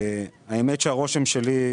האמת היא שהרושם שלי,